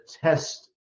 test